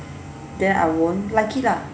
then I won't like it lah